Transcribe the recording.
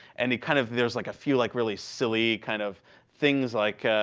and he kind of there's like a few like really silly kind of things like,